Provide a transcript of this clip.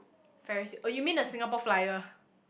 ferris oh you mean the Singapore-Flyer